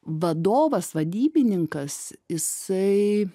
vadovas vadybininkas jisai